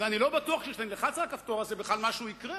ואני לא בטוח שאם נלחץ על הכפתור הזה בכלל משהו יקרה.